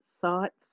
sites